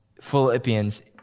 Philippians